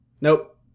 Nope